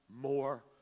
more